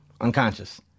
Unconscious